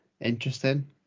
interesting